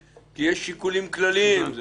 כי יש שיקולים כלליים.